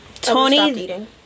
Tony